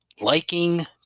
liking